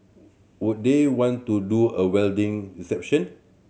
would they want to do a wedding reception